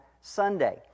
Sunday